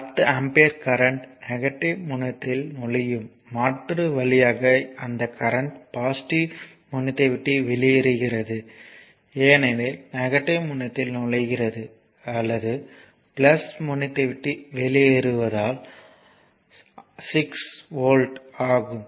10 ampere current negative முனையத்தில் நுழையும் மாற்று வழியாக அந்த கரண்ட் பாசிட்டிவ் முனையத்தை விட்டு வெளியேறுகிறது ஏனெனில் முனையத்தில் நுழைகிறது அல்லது முனையத்தை விட்டு வெளியேறுவதால் 6 வோல்ட் ஆகும்